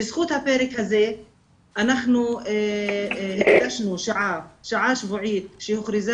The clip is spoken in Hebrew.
בזכות הפרק הזה אנחנו הקדשנו שעה שבועית שהוכרזה